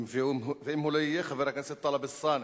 אם הוא לא יהיה, חבר הכנסת טלב אלסאנע.